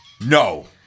No